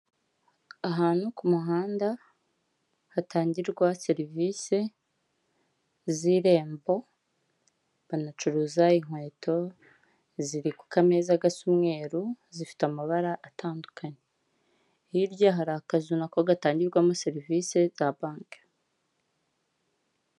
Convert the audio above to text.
Ahantu ku muhanda hatangirwa serivisi z'Irembo banacuruza inkweto, ziri ku kameza gasa umweru zifite amabara atandukanye, hirya hari akazu na ko gatangirwamo serivise za banki.